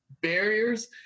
barriers